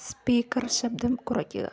speaker ശബ്ദം കുറയ്ക്കുക